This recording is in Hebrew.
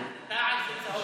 תע"ל זה צהוב.